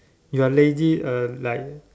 you are lazy uh like